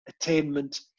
Attainment